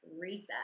reset